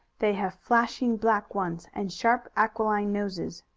they have flashing black ones, and sharp, aquiline noses.